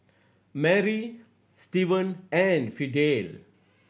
Mary Stevan and Fidel